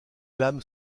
lames